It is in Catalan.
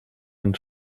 ens